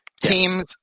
Teams